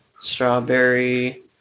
Strawberry